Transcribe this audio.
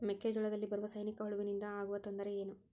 ಮೆಕ್ಕೆಜೋಳದಲ್ಲಿ ಬರುವ ಸೈನಿಕಹುಳುವಿನಿಂದ ಆಗುವ ತೊಂದರೆ ಏನು?